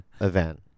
event